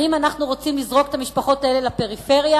האם אנחנו רוצים לזרוק את המשפחות האלה לפריפריה